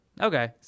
Okay